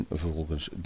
vervolgens